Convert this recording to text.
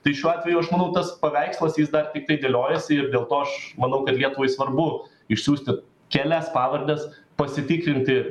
tai šiuo atveju aš manau tas paveikslas jis dar tiktai dėliojasi ir dėl to aš manau kad lietuvai svarbu išsiųsti kelias pavardes pasitikrinti